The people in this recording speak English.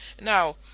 Now